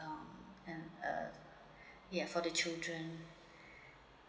uh ya for the children